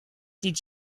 did